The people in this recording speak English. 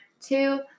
Two